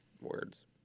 words